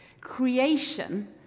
creation